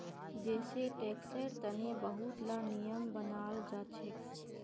जै सै टैक्सेर तने बहुत ला नियम बनाल जाछेक